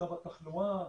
מצב התחלואה.